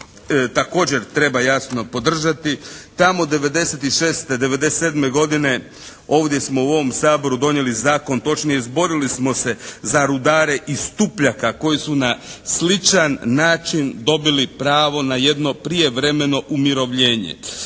također treba jasno podržati. Tamo '96., '97. godine ovdje smo u ovom Saboru donijeli zakon, točnije izborili smo se za rudare iz Stupljaka koji su na sličan način dobili pravo na jedno prijevremeno umirovljenje.